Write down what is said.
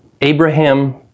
Abraham